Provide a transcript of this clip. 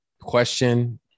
question